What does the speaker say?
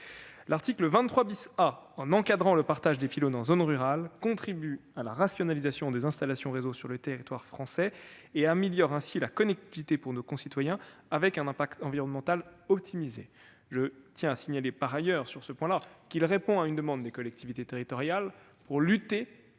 L'article 23 A, en encadrant le partage des pylônes en zone rurale, contribue à la rationalisation des infrastructures de réseaux sur le territoire français et améliore ainsi la connectivité pour nos concitoyens, avec un impact environnemental optimisé. Je tiens à signaler, par ailleurs, qu'il s'agit de répondre à une demande des collectivités territoriales pour lutter